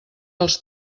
els